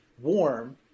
warm